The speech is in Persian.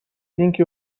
اینکه